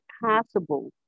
possible